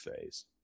phase